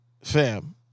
Fam